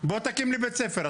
בוא תקים לי בית ספר.